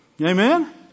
Amen